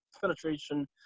penetration